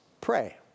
pray